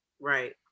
Right